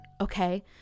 okay